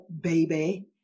baby